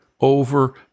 over